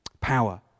power